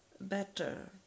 better